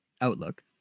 outlook